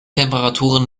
temperaturen